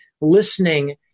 listening